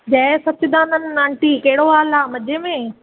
जय Sachchidanand aunty कहिड़ो हालु आहे मज़े में